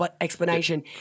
explanation